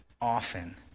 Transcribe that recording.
often